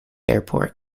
airport